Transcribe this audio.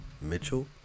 Mitchell